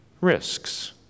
risks